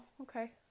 okay